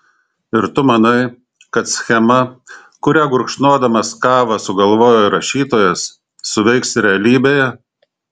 ir tu manai kad schema kurią gurkšnodamas kavą sugalvojo rašytojas suveiks realybėje